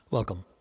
Welcome